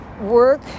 work